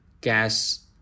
gas